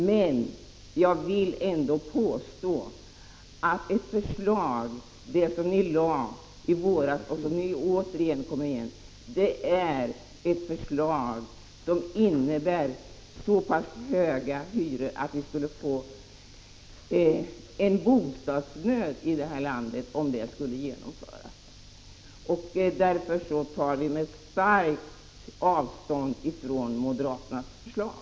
Men jag vill ändå påstå att det förslag som ni lade fram i våras, och som ni återkommer med, innebär så pass höga hyror att vi skulle få en bostadsnöd här i landet om det skulle genomföras. Därför tar vi starkt avstånd från moderaternas förslag.